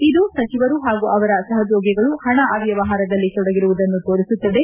ಇದು ಸಚಿವರು ಹಾಗೂ ಅವರ ಸಹೋದ್ಯೋಗಿಗಳು ಹಣ ಅವ್ಲವಹಾರದಲ್ಲಿ ತೊಡಗಿರುವುದನ್ನು ತೋರಿಸುತ್ತದೆ